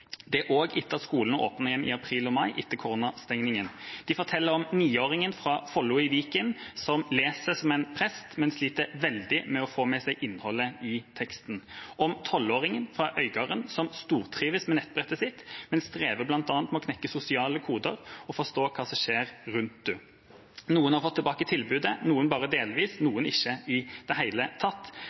Det er etter at skolene åpnet igjen i april/mai etter koronastengingen. De forteller om 9-åringen fra Follo i Viken som leser som en prest, men sliter veldig med å få med seg innholdet i teksten, om 12-åringen fra Øygarden som stortrives med nettbrettet sitt, men strever bl.a. med å knekke sosiale koder og forstå hva som skjer rundt henne. Noen har fått tilbake tilbudet, noen bare delvis, noen ikke i det hele tatt.